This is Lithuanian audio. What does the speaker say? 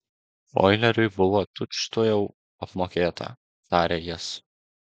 oileriui buvo tučtuojau apmokėta tarė jis